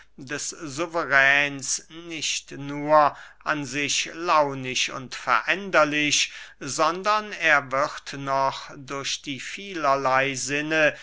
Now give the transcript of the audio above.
des suveräns nicht nur an sich launisch und veränderlich sondern er wird noch durch die vielerley sinne